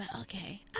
okay